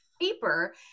paper